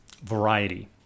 variety